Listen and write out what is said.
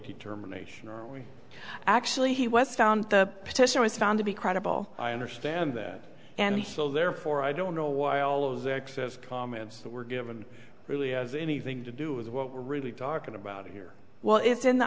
determination actually he was found the petition was found to be credible i understand that and so therefore i don't know why all of those access comments were given really has anything to do with what we're really talking about here well it's in the